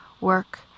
work